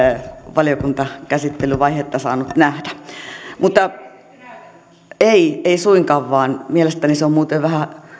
valiokuntakäsittelyvaihetta saanut nähdä ei ei suinkaan mielestäni se on muuten vähän